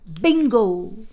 BINGO